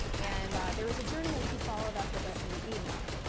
and there was a journalist who followed up with us in an email.